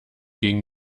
gegen